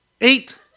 Eight